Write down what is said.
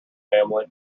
family